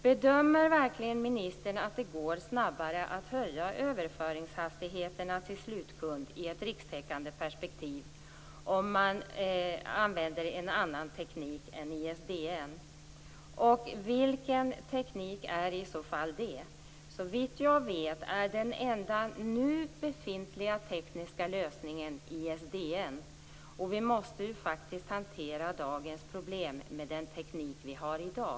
Bedömer verkligen ministern att det går snabbare att höja överföringshastigheterna till slutkund i ett rikstäckande perspektiv om man använder en annan teknik än ISDN? Vilken teknik är det i så fall? Såvitt jag vet är den enda nu befintliga tekniska lösningen ISDN, och vi måste ju faktiskt hantera dagens problem med den teknik vi har i dag.